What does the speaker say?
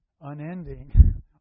unending